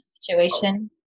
situation